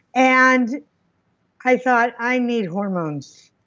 and i thought i need hormones.